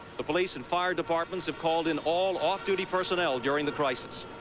the police and fire departments have called in all off-duty personnel during the crisis.